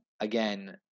again